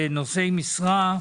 ואילו שכר נושאי משרה,